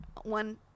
one